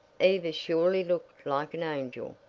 eva surely looked like an angel.